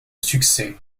succès